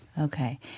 Okay